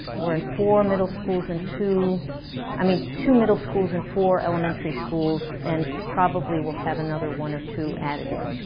in four middle schools and two i mean, two middle schools and four elemntary schools and probably will have another one or two added in.